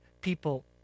people